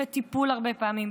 אחרי טיפול הרבה פעמים,